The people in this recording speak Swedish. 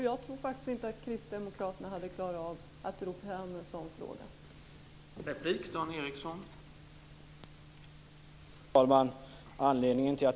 Jag tror faktiskt inte att Kristdemokraterna hade klarat av att ro en sådan fråga i land.